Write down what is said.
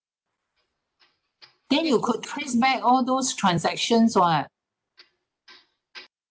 then you could trace back all those transactions [what]